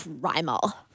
primal